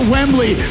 Wembley